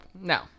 No